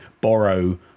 borrow